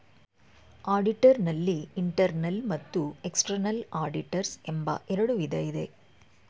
auditor ನಲ್ಲಿ internal ಮತ್ತು external auditors ಎಂಬ ಎರಡು ವಿಧ ಇದೆ